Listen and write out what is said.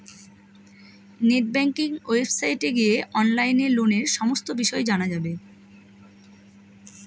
net banking ওয়েবসাইটে গিয়ে অনলাইনে লোনের সমস্ত বিষয় জানা যাবে